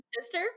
sister